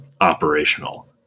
operational